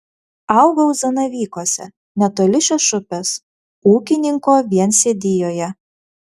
augau zanavykuose netoli šešupės ūkininko viensėdijoje